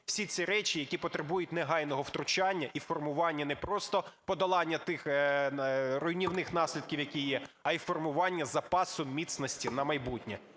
всі ці речі, які потребують негайного втручання і формування, не просто подолання тих руйнівних наслідків які є, а і формування запасу міцності на майбутнє.